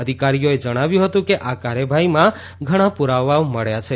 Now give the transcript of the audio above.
અધિકારીઓએ જણાવ્યું હતું કે આ કાર્યવાહીમાં ઘણા પુરાવાઓ મળ્યા છે